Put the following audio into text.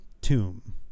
tomb